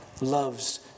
loves